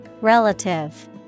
Relative